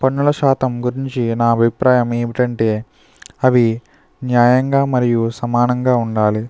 పన్నుల శాతం గురించి నా అభిప్రాయం ఏమిటంటే అవి న్యాయంగా మరియు సమానంగా ఉండాలి